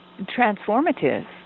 transformative